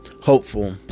hopeful